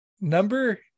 number